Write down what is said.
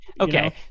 Okay